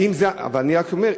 אני רק אומר,